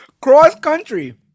cross-country